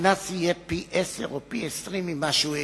הקנס יהיה פי-10 או פי-20 ממה שהוא העלים,